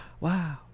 Wow